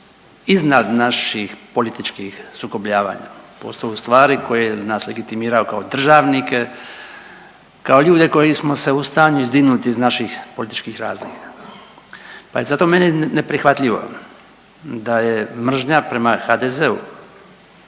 iznad naših političkih sukobljavanja, postoje stvari koje nas legitimiraju kao državnike kao ljude koji smo se u stanju izdignuti iz naših političkih razlika. Pa je zato meni neprihvatljivo da je mržnja prema HDZ-u